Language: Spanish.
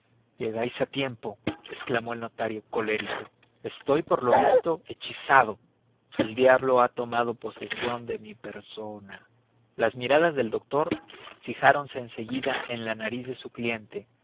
llegáis a tiempo exclamó el notario colérico estoy por lo visto hechizado el diablo ha tomado posesión de mi persona las miradas del doctor fijáronse en seguida en la nariz de su cliente